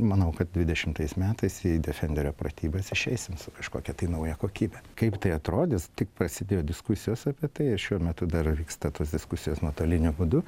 manau kad dvidešimtais metais į defenderio pratybas išeisim su kažkokia tai nauja kokybe kaip tai atrodys tik prasidėjo diskusijos apie tai ir šiuo metu dar vyksta tos diskusijos nuotoliniu būdu